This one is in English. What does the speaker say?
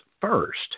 first